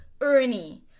Ernie